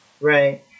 right